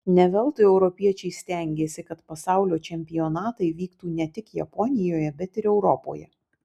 ne veltui europiečiai stengėsi kad pasaulio čempionatai vyktų ne tik japonijoje bet ir europoje